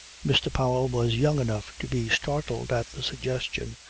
mr. powell was young enough to be startled at the suggestion,